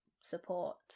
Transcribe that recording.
support